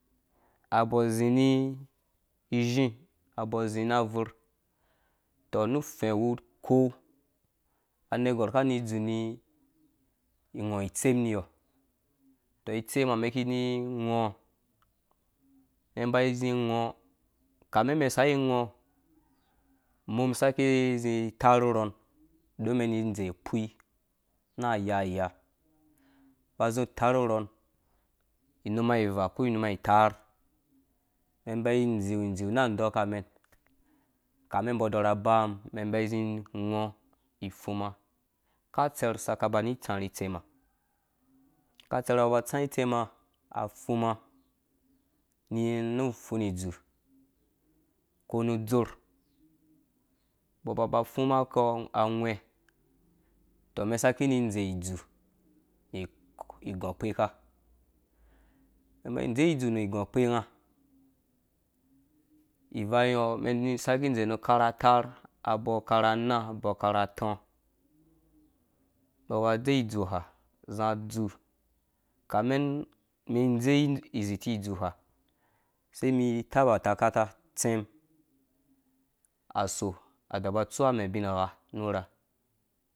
Abɔɔ zi ni izhi abɔɔ zi na abuur tɔ nu ufɛ wu kop anergwar kani zuni kgɔ̃itsem ha mɛn ki ni hgɔ mɛn ba zi hgɔ kame mɛn sai hgɔ̃mum saki zi tarh urɔn don mɛn ni ze kpui na ayaa ayaa ba zi tarh rɔn inuma ivaa ko inama itaar mɛn ba idziu dziu na adɔka mɛn kamɛ mbɔ dɔrha za ba mum mɛn yi ngɔ ni fuma ka tser saka bani tsarhĩ itsem ha ka tser ba ba tsa itsem ha afuma ni nu fur idzu ko nu udzor mbɔ ba ba fuma kpɔ awɛ̃to mɛn saki ni dze idzu ni gɔkpeka mɛn ba idze idzu ni dɔkpe nga ivangyɔ amɛn ni saki dze nu karha ataar abɔɔ karha anaa abɔɔ karha atɔ mbɔ ba dze idzuha zi dzu kame mi dze ziti idzuha sei mi tabata kata utsɛm aso adɔba tsu amɛ bingha nu rha.